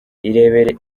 irebere